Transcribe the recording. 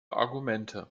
argumente